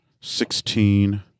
sixteen